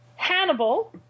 Hannibal